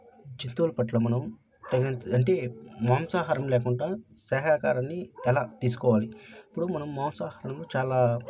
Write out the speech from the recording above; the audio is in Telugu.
జంతువుల పట్ల మనం తగిన అంటే మాంసాహారం లేకుంటా శాఖాహారాన్ని ఎలా తీసుకోవాలి ఇప్పుడు మనం మాంసాహారం చాలా